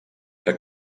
que